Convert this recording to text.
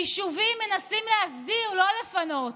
יישובים שמנסים להסדיר, לא לפנות.